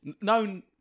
Known